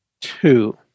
two